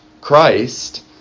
Christ